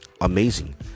Amazing